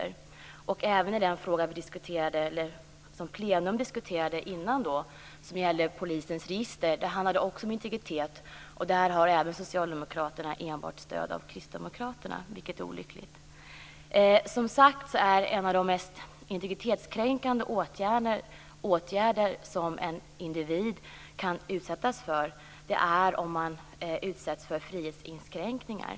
Detsamma gäller den fråga som plenum diskuterade tidigare om polisens register. Den handlade också om integritet. Också där har socialdemokraterna enbart stöd av kristdemokraterna, vilket är olyckligt. Som sagt är en av de mest integritetskränkande åtgärder som en individ kan utsättas för frihetsinskränkningar.